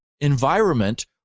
environment